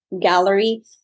gallery